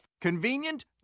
Convenient